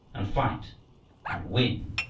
and fight and win!